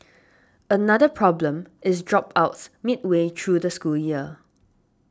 another problem is dropouts midway through the school year